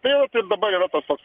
tai vat ir dabar yra tas toks